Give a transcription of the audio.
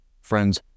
friends